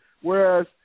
Whereas